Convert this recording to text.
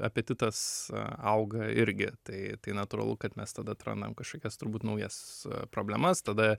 apetitas auga irgi tai tai natūralu kad mes tada atrandam kažkokias turbūt naujas problemas tada